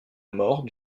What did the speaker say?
mort